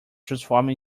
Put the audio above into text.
transformed